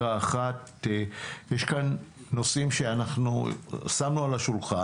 יש כאן נושאים שאנחנו שמנו על השולחן.